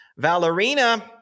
Valerina